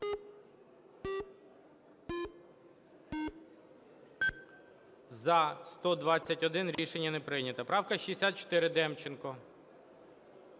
За-121 Рішення не прийнято. Правка 64, Демченко.